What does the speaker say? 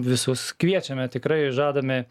visus kviečiame tikrai žadame